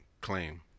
claim